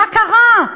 מה קרה?